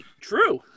True